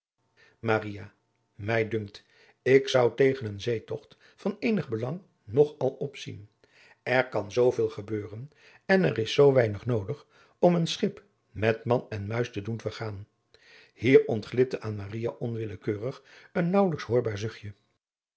mij dunkt ik zou tegen een zeetogt van eenig belang nog al opzien er kan zoo veel gebeuren en er is zoo weinig noodig om een schip met man en muis te doen vergaan hier ontglipte aan maria onwillekeurig een naauwelijks hoorbaar